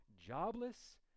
jobless